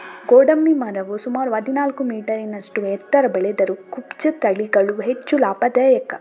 ಗೋಡಂಬಿ ಮರವು ಸುಮಾರು ಹದಿನಾಲ್ಕು ಮೀಟರಿನಷ್ಟು ಎತ್ತರ ಬೆಳೆದರೂ ಕುಬ್ಜ ತಳಿಗಳು ಹೆಚ್ಚು ಲಾಭದಾಯಕ